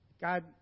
God